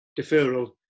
deferral